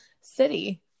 city